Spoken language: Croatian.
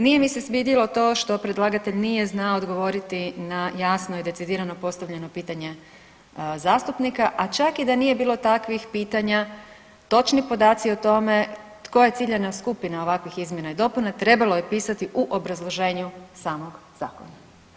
Nije mi se svidjelo to što predlagatelj nije znao odgovoriti na jasno i decidirano postavljeno pitanje zastupnika, a čak i da nije bilo takvih pitanja, točni podaci o tome tko je ciljana skupina ovakvih izmjena i dopuna trebalo je pisati u obrazloženju samog zakona.